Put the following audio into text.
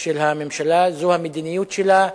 של הממשלה, זו המדיניות שלה.